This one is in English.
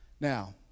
Now